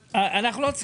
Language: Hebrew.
הוא לא יודע